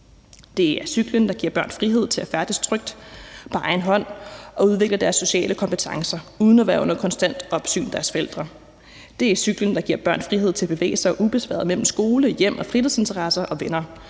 Det er cyklen, der giver børn frihed til at færdes trygt på egen hånd og udvikle deres sociale kompetencer uden at være under konstant opsyn af deres forældre. Det er cyklen, der giver børn frihed til at bevæge sig ubesværet mellem skole, hjem, fritidsinteresser og venner,